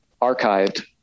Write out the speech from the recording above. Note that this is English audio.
archived